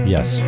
Yes